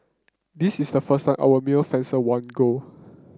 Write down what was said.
this is the first time our male fencer won gold